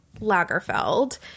Lagerfeld